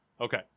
Okay